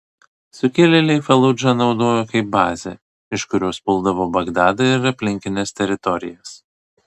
sukilėliai faludžą naudojo kaip bazę iš kurios puldavo bagdadą ir aplinkines teritorijas